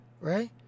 right